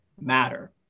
matter